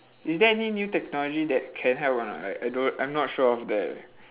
is there any new technology that can help or not like I don~ I'm not sure of that leh